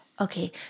Okay